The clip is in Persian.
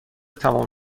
تمام